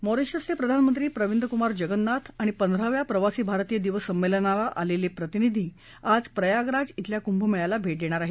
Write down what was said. मॉरिशसचे प्रधानमंत्री प्रवींदकुमार जगन्नाथ आणि पंधराव्या प्रवासी भारतीय दिवस संमेलनाला आलेले प्रतिनिधी आज प्रयागराज बिल्या कुंभमेळ्याला भे देणार आहेत